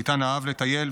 איתן אהב לטייל,